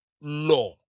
law